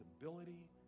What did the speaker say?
ability